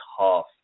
tough